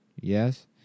Yes